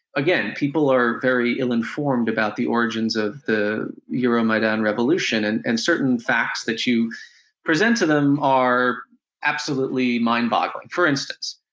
again, people are very ill-informed about the origins of the euromaidan and revolution, and and certain facts that you present to them are absolutely mind-boggling. for instance,